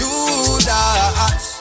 Judas